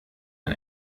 ein